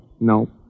No